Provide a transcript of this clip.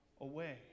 away